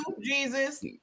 jesus